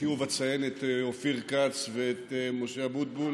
לחיוב אציין את אופיר כץ ואת משה אבוטבול